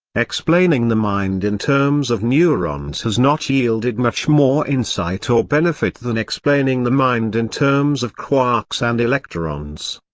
explaining the mind in terms of neurons has not yielded much more insight or benefit than explaining the mind in terms of quarks and electrons.